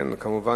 כמובן,